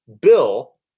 bill